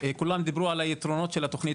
כולם התחילו לדבר על היתרונות של התוכנית,